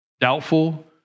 doubtful